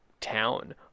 town